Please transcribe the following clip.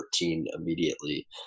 immediately